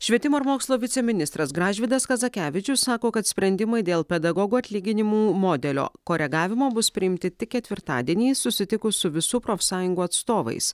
švietimo ir mokslo viceministras gražvydas kazakevičius sako kad sprendimai dėl pedagogų atlyginimų modelio koregavimo bus priimti tik ketvirtadienį susitikus su visų profsąjungų atstovais